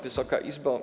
Wysoka Izbo!